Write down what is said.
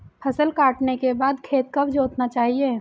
फसल काटने के बाद खेत कब जोतना चाहिये?